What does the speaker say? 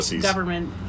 Government